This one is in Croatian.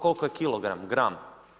Koliko je kilogram, gram?